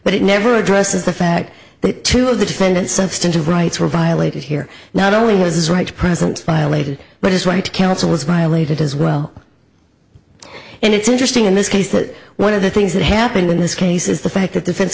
but it never addresses the fact that two of the defendants substantive rights were violated here not only was his right to present violated but his right to counsel was violated as well and it's interesting in this case that one of the things that happened in this case is the fact that defense